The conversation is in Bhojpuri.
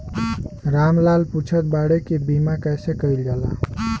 राम लाल पुछत बाड़े की बीमा कैसे कईल जाला?